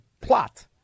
plot